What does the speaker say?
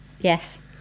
Yes